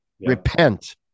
repent